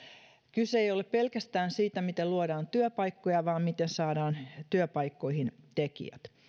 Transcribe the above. kyse ei ole pelkästään siitä miten luodaan työpaikkoja vaan siitä miten saadaan työpaikkoihin tekijät